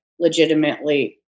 Legitimately